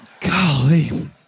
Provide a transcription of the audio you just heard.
Golly